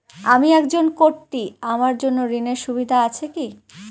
আমি একজন কট্টি আমার জন্য ঋণের সুবিধা আছে কি?